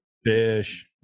fish